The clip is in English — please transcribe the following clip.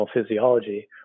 physiology